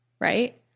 right